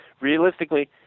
realistically